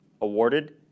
awarded